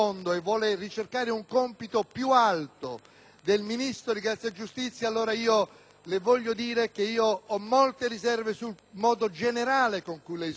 le dico che ho molte riserve sul modo generale con cui lei svolge il suo incarico. Ho disapprovato - me lo lasci dire - il suo silenzio anche